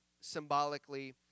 symbolically